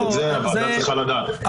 את זה הוועדה צריכה לדעת.